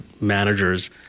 managers